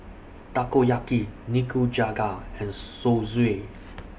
Takoyaki Nikujaga and Zosui